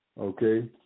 okay